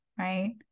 right